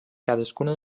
cadascuna